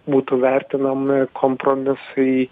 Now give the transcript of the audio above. būtų vertinami kompromisai